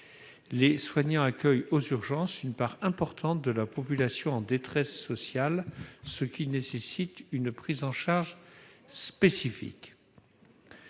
Les soignants accueillent aux urgences une fraction importante de la population en situation de détresse sociale, ce qui nécessite une prise en charge spécifique.